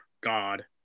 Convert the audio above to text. God